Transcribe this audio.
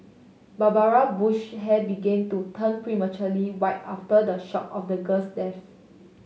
Barbara Bush hair began to turn prematurely white after the shock of the girl's death